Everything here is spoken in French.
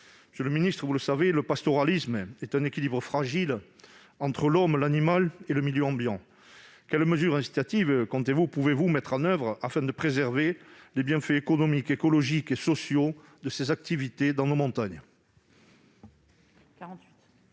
les risques d'incendie. Le pastoralisme est un équilibre fragile entre l'homme, l'animal et le milieu ambiant. Quelles mesures incitatives comptez-vous mettre en oeuvre, afin de préserver les bienfaits économiques, écologiques et sociaux de ces activités dans nos montagnes ?